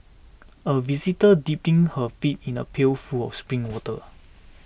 a visitor dipping her feet in a pail full of spring water